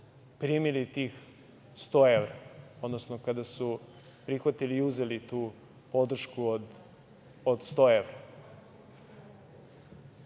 primili tih 100 evra, odnosno kada su prihvatili i uzeli tu podršku od 100 evra,